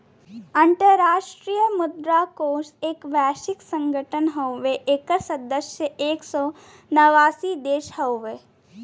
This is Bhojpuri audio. अंतराष्ट्रीय मुद्रा कोष एक वैश्विक संगठन हउवे एकर सदस्य एक सौ नवासी देश हउवे